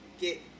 get